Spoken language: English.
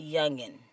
Youngin